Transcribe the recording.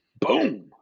Boom